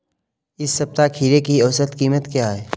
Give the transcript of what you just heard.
इस सप्ताह खीरे की औसत कीमत क्या है?